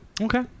Okay